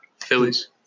Phillies